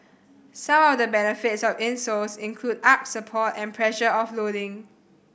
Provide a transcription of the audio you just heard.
some of the benefits of insoles include arch support and pressure offloading